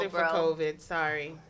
Sorry